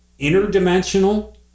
interdimensional